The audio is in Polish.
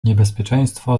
niebezpieczeństwo